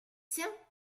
tiens